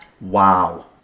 Wow